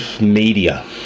Media